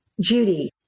Judy